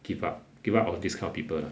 give up give on this kind of people